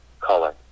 color